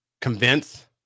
convince